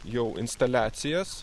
jau instaliacijas